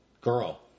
girl